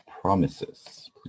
promises